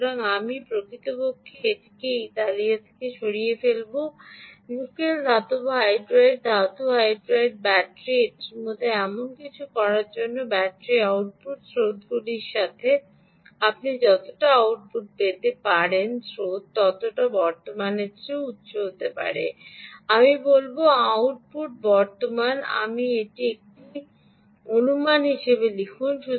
সুতরাং আমি প্রকৃতপক্ষে এটিকে এই তালিকা থেকে সরিয়ে ফেলব নিকেল ধাতব হাইড্রাইড ধাতু হাইড্রাইড ব্যাটারি এটির জন্য এমন কিছু করার জন্য যা ব্যাটারি আউটপুট স্রোতগুলির সাথে আপনি যতটা আউটপুট স্রোত পেতে পারেন তত বর্তমানের চেয়েও উচ্চ হতে পারে আমি বলব আউটপুট বর্তমান আমি এটি একটি অনুমান হিসাবে লিখুন